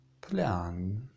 plan